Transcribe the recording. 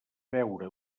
veure